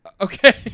okay